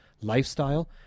lifestyle